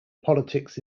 politics